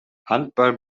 handball